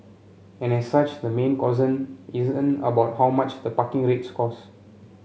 and as such the main concern isn't about how much the parking rates cost